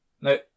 No